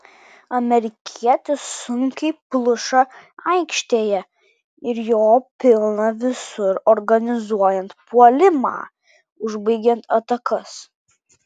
amerikietis sunkiai pluša aikštėje ir jo pilna visur organizuojant puolimą užbaigiant atakas